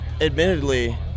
admittedly